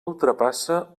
ultrapassa